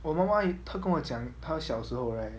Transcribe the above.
我妈妈一他跟我讲他小时候 right